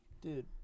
Dude